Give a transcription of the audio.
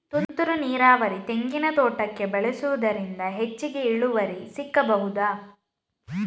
ತುಂತುರು ನೀರಾವರಿ ತೆಂಗಿನ ತೋಟಕ್ಕೆ ಬಳಸುವುದರಿಂದ ಹೆಚ್ಚಿಗೆ ಇಳುವರಿ ಸಿಕ್ಕಬಹುದ?